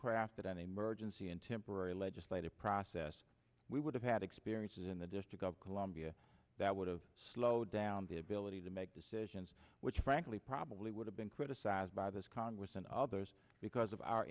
crafted an emergency and temporary legislative process we would have had experiences in the district of columbia that would have slowed down the ability to make decisions which frankly probably would have been criticized by this congress and others because of our